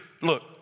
Look